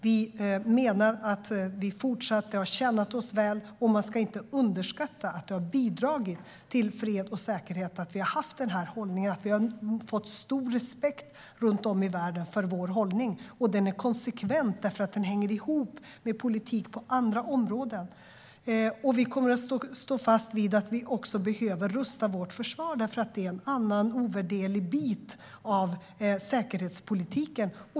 Vi menar att det har tjänat oss väl. Man ska inte underskatta att det har bidragit till fred och säkerhet att vi har haft den hållningen. Vi har fått stor respekt runt om i världen för vår hållning. Den är konsekvent därför att den hänger ihop med politik på andra områden. Vi kommer att stå fast vid att vi också behöver rusta vårt försvar. Det är en annan ovärderlig bit av säkerhetspolitiken.